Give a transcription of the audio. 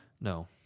No